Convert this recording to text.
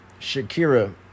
Shakira